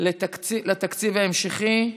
לתקציב ההמשכי,